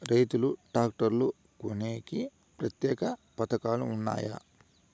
రైతులు ట్రాక్టర్లు కొనేకి ప్రత్యేక పథకాలు ఉన్నాయా?